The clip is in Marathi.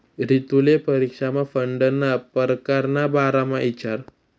रितुले परीक्षामा फंडना परकार ना बारामा इचारं